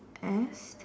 eh